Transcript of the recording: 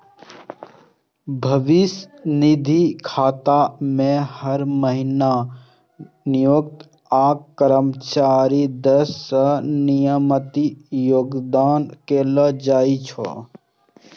भविष्य निधि खाता मे हर महीना नियोक्ता आ कर्मचारी दिस सं नियमित योगदान कैल जाइ छै